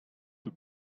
the